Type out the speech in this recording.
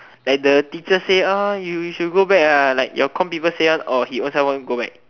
like the teacher say ah you you should go back ah like your comm people say one or he ownself want go back